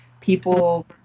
People